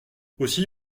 aussi